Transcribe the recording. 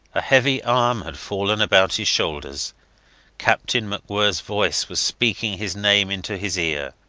a heavy arm had fallen about his shoulders captain macwhirrs voice was speaking his name into his ear.